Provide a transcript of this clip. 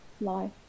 life